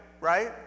Right